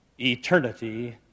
Eternity